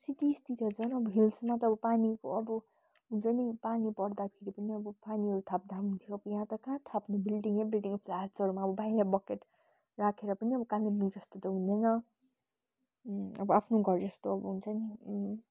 सिटीसतिर झन् अब हिल्समा त पानीको अब हुन्छ नि पानी पर्दाखेरि पनि अब पानीहरू थाप्दा पनि हुन्थ्यो यहाँ त कहाँ थाप्नु बिल्डिङै बिल्डिङ बाहिर बकेट राखेर पनि अब कालिम्पोङ जस्तो त हुँदैन अब आफ्नो घर जस्तो अब हुन्छ नि